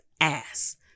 ass